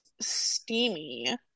steamy